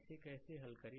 इसे कैसे हल करें